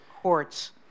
courts